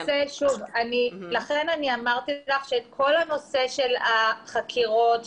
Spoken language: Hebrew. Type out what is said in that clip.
לכן אמרתי לך שכל נושא החקירות,